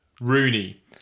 Rooney